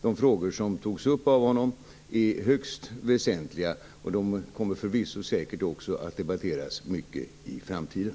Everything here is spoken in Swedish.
De frågor som togs upp av honom är högst väsentliga, och de kommer förvisso också att debatteras mycket i framtiden.